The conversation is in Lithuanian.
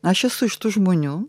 aš esu iš tų žmonių